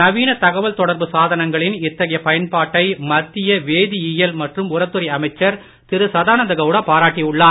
நவீன தகவல் தொடர்பு சாதனங்களின் இத்தகைய பயன்பாட்டை மத்திய வேதியியல் மற்றும் உரத் துறை அமைச்சர் திரு சதானந்த கவுடா பாராட்டி உள்ளார்